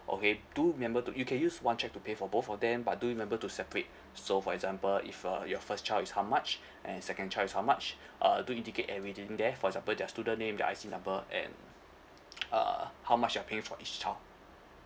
okay do remember to you can use one cheque to pay for both of them but do remember to separate so for example if uh your first child is how much and second child is how much uh do indicate everything there for example their student name their I_C number and uh how much you're paying for each child